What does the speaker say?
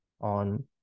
on